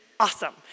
awesome